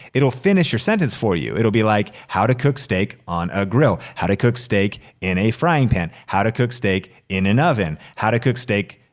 it'll finish your sentence for you. it'll be like, how to cook steak on a grill. how to cook steak in a frying pan. how to cook steak in an oven. how to cook steak,